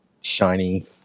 shiny